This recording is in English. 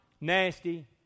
nasty